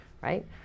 right